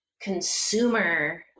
consumer